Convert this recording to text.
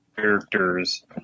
characters